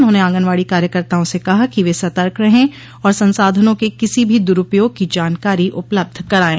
उन्होंने आगंनवाड़ी कार्यकर्ताओं से कहा कि वे सतर्क रहें और संसाधनों के किसी भी दुरूपयोग की जानकारी उपलब्ध कराएं